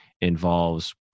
involves